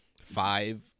five